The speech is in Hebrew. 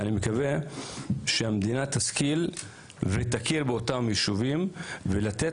אני מקווה שהמדינה תשכיל ותכיר באותם יישובים ולתת